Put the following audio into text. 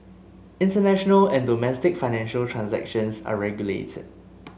international and domestic financial transactions are regulated